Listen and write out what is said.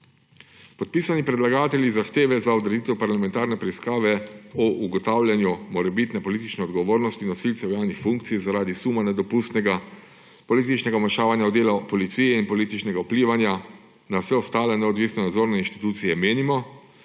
Podpisani predlagatelji zahteve za odreditev parlamentarne preiskave o ugotavljanju morebitne politične odgovornosti nosilcev javnih funkcij zaradi suma nedopustnega političnega vmešavanja v delo policije in političnega vplivanja na vse ostale neodvisne nadzorne inštitucije menimo,